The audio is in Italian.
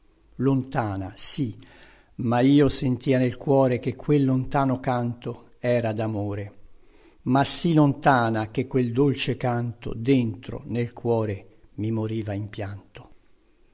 lontana sì ma io sentia nel cuore che quel lontano canto era damore ma sì lontana che quel dolce canto dentro nel cuore mi moriva